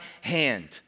hand